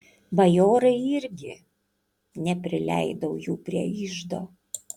bajorai irgi neprileidau jų prie iždo